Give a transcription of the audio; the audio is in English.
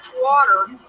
water